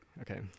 Okay